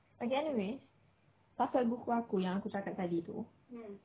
like anyway pasal buku aku yang aku cakap tadi tu